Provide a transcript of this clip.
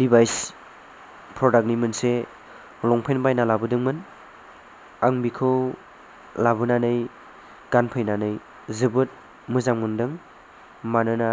Levi's product नि मोनसे लंपेन्ट बायना लाबोदोंमोन आं बेखौ लाबोनानै गानफैनानै जोबोद मोजां मोनदों मानोना